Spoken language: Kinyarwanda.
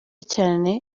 cyane